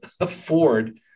afford